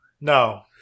No